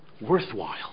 worthwhile